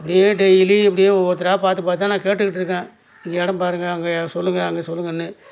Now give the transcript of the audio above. அப்படியே டெய்லியும் இப்படியே ஒவ்வொருத்தராக பார்த்து பார்த்துதான் நான் கேட்டுக்கிட்டு இருக்கேன் இங்கே எடம் பாருங்கள் அங்கே சொல்லுங்கள் அங்கே சொல்லுங்கன்னு